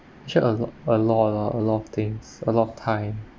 sure a lot a lot a lot of things a lot of time